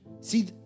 See